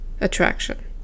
attraction